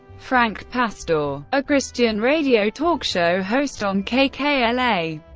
frank pastore, a christian radio talk show host on kkla,